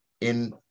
in-